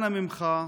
אנא ממך,